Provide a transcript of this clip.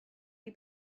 you